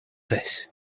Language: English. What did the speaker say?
this